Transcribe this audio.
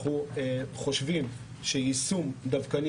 אנחנו חושבים שיישום דווקני,